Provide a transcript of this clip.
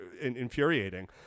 infuriating